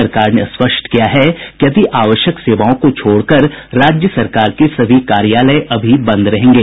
सरकार ने स्पष्ट किया है कि अति आवश्यक सेवाओं को छोड़कर राज्य सरकार के सभी कार्यालय अभी बंद रहेंगे